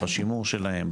בשימור שלהם,